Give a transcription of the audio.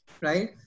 right